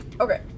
Okay